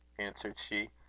answered she,